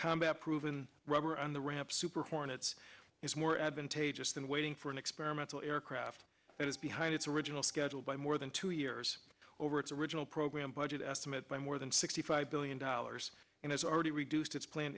combat proven rubber on the ramp super hornets is more advantageous than waiting for an experimental aircraft that is behind its original schedule by more than two years over its original program budget estimate by more than sixty five billion dollars and has already reduced its plan